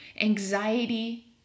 anxiety